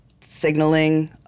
signaling